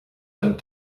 don